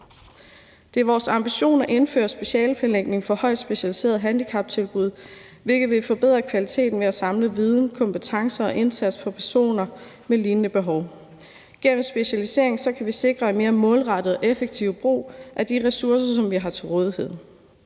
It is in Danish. Det er vores ambition at indføre specialeplanlægning for højt specialiserede handicaptilbud, hvilket vil forbedre kvaliteten ved at samle viden, kompetencer og indsatser for personer med lignende behov. Gennem en specialisering kan vi sikre en mere målrettet og effektiv brug af de ressourcer, som vi har til rådighed.